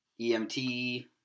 EMT